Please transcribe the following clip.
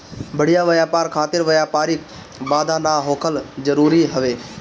बढ़िया व्यापार खातिर व्यापारिक बाधा ना होखल जरुरी हवे